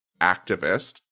activist